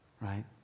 right